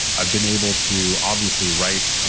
i've been able to obviously write